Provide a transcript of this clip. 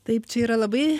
taip čia yra labai